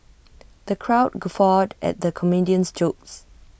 the crowd guffawed at the comedian's jokes